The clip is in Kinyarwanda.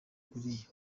kuriya